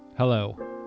Hello